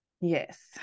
yes